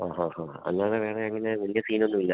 ആഹാ ആ അല്ലാതെ വേറെ അങ്ങനെ വലിയ സീനൊന്നും ഇല്ല